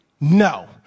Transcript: No